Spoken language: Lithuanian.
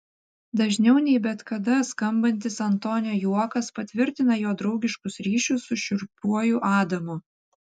dažniau nei bet kada skambantis antonio juokas patvirtina jo draugiškus ryšius su šiurpiuoju adamu